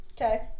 Okay